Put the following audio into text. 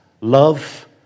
love